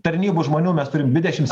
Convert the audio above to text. tarnybų žmonių mes turim dvidešim